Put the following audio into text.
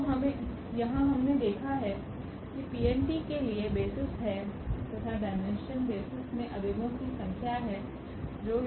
तो यहाँ हमने देखा की के लिए बेसिस है तथा डायमेंशन बेसिस में अव्यवो की संख्या है जो यहाँ n1 है अभी तो डायमेंशन n1 होगा